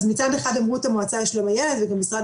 אז מצד אחד אמרו את המועצה לשלום הילד וגם משרד